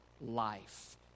life